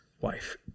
wife